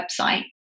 website